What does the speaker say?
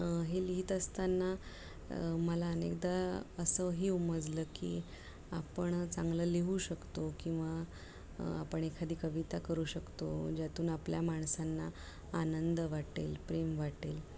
हे लिहीत असताना मला अनेकदा असंही उमजलं की आपण चांगलं लिहू शकतो किंवा आपण एखादी कविता करू शकतो ज्यातून आपल्या माणसांना आनंद वाटेल प्रेम वाटेल